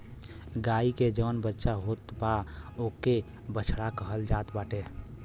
गाई के जवन बच्चा होत बा ओके बछड़ा कहल जात बाटे